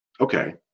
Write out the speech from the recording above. Okay